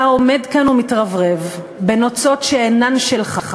אתה עומד כאן ומתרברב בנוצות שאינן שלך.